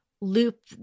loop